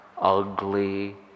ugly